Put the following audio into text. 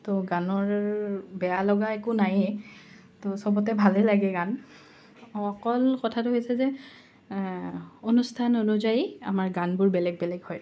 ত' গানৰ বেয়া লগা একো নায়েই ত' সবতে ভালেই লাগে গান অকল কথাটো হৈছে যে অনুষ্ঠান অনুযায়ী আমাৰ গানবোৰ বেলেগ বেলেগ হয়